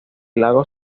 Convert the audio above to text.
lago